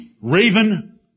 raven